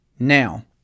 Now